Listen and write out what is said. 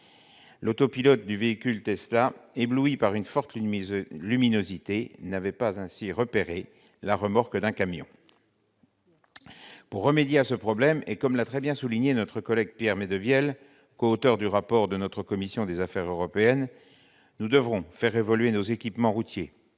l'autopilote du véhicule Tesla accidenté, ébloui par une forte luminosité, n'avait pas repéré la remorque d'un camion ... Pour remédier à ce problème, et comme l'a très bien souligné notre collègue Pierre Médevielle, coauteur du rapport de la commission des affaires européennes, nous devrons faire évoluer nos équipements routiers.